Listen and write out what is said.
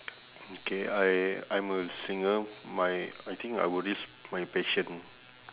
okay I I'm a singer my I think I would risk my passion